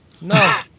No